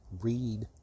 Read